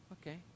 okay